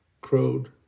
crowed